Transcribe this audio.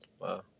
Wow